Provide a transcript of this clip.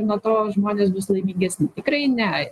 nuo to žmonės bus laimingesni tikrai ne